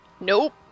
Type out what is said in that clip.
nope